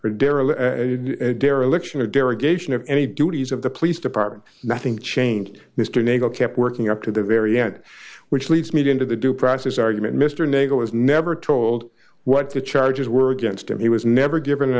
of any duties of the police department nothing changed mr nagle kept working up to the very end which leads me to into the due process argument mr nagle was never told what the charges were against him he was never given an